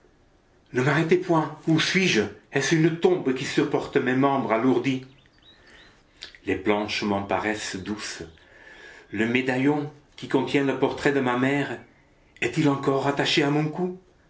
ne m'arrêtez point où suis-je est-ce une tombe qui supporte mes membres alourdis les planches m'en paraissent douces le médaillon qui contient le portrait de ma mère est-il encore attaché à mon cou